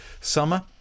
summer